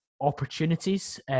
opportunities